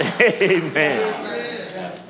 Amen